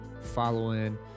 following